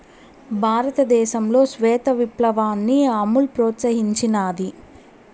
భారతదేశంలో శ్వేత విప్లవాన్ని అమూల్ ప్రోత్సహించినాది